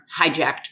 hijacked